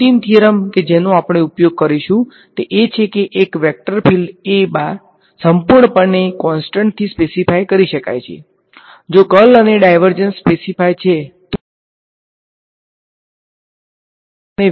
અંતિમ થીયરમ કે જેનો આપણે ઉપયોગ કરીશું તે એ છે કે એક વેક્ટર ફીલ્ડ સંપૂર્ણપણે કોન્સટંટ થી સ્પેસીફાય કરી શકાય છે જો કર્લ અને ડાયવર્ઝન સ્પેસીફાય છે તો બરાબરને